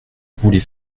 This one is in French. voulez